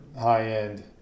high-end